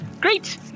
Great